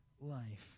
life